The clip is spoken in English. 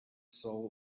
soul